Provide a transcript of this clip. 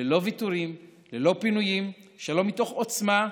ללא ויתורים, ללא פינויים, שלום מתוך עצמה,